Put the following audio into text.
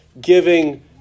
giving